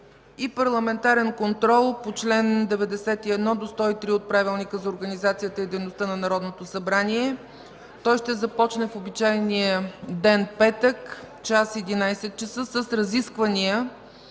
Парламентарен контрол по чл. 91 – 103 от Правилника за организацията и дейността на Народното събрание. Той ще започне в обичайния ден – петък, час – 11,00 ч., с разисквания